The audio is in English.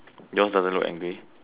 yours doesn't look angry